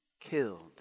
killed